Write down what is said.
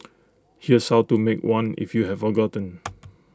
here's how to make one if you have forgotten